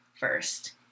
First